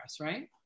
right